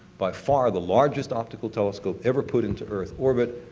by far, the largest optical telescope ever put into earth orbit,